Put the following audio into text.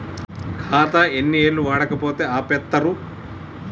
ఖాతా ఎన్ని ఏళ్లు వాడకపోతే ఆపేత్తరు?